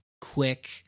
quick